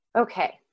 Okay